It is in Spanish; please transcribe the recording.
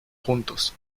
juntos